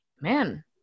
man